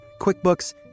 QuickBooks